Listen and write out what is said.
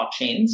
blockchains